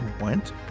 went